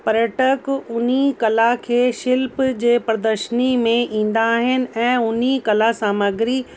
पर्यटक उन्ही कला खे शिल्प जे प्रदर्शनी में ईंदा आहिनि ऐं उन्ही कलासामग्री